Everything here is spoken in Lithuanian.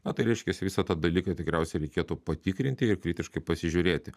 na tai reiškiasi visą tą dalyką tikriausiai reikėtų patikrinti ir kritiškai pasižiūrėti